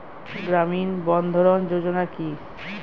গ্রামীণ বন্ধরন যোজনা কি?